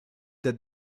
that